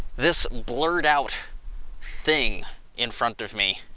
this blurred out thing in front of me,